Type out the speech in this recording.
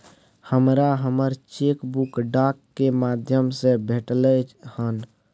हमरा हमर cheque book डाक के माध्यम से भेटलय हन